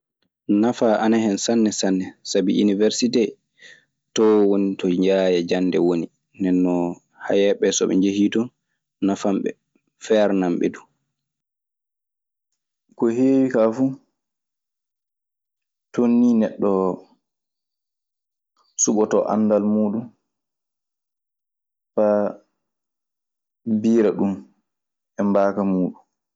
Naffa ana hen sanne sanne. Sabi inuɓersite to woni to yaaya jande woni. Ndenno hayeɓe so ɓe jeeyi ton nafambe fernamɓe dum. Ko heewi ka fuu, toon ni neɗɗo suɓoto anndal muɗum, beyda ɗum e mbaawka muɗum.